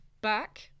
back